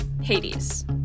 Hades